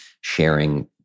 sharing